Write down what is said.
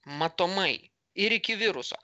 matomai ir iki viruso